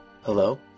Hello